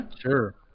Sure